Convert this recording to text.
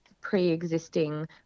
pre-existing